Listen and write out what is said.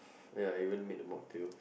ya I even made the mocktail